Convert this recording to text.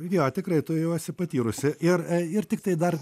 jo tikrai tu jau esi patyrusi ir ir tiktai dar